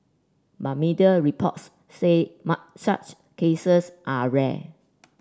but media reports say such cases are rare